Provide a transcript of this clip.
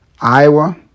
iowa